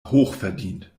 hochverdient